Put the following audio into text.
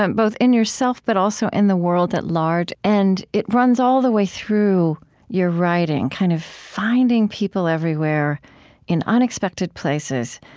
um both in yourself but also in the world at large. and it runs all the way through your writing, kind of finding people everywhere in unexpected places,